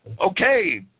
Okay